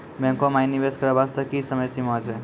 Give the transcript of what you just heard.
बैंको माई निवेश करे बास्ते की समय सीमा छै?